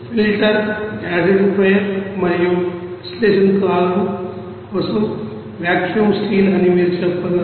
filter acidifier మరియు distillation కోసం vacuum steel అని మీరు చెప్పగలరు